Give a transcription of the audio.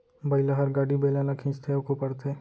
बइला हर गाड़ी, बेलन ल खींचथे अउ कोपरथे